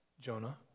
Jonah